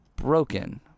broken